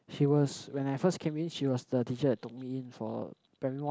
she was when I first came in she was the teacher that took me for primary one